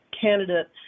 candidate